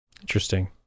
Interesting